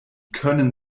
können